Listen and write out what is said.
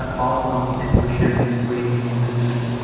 um awesome, thanks for sharing this great information.